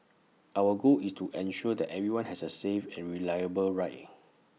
our goal is to ensure that everyone has A safe and reliable ride